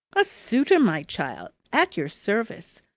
a suitor, my child. at your service.